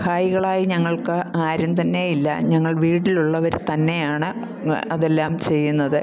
സഹായികളായി ഞങ്ങൾക്ക് ആരും തന്നെയില്ല ഞങ്ങൾ വീട്ടിലുള്ളവർ തന്നെയാണ് അതെല്ലാം ചെയ്യുന്നത്